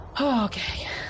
Okay